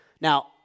Now